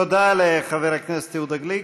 תודה לחבר הכנסת יהודה גליק.